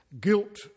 guilt